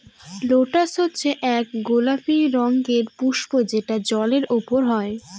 lotus হচ্ছে এক গোলাপি রঙের পুস্প যেটা জলের ওপরে হয়